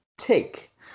take